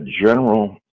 general